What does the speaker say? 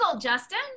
Justin